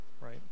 right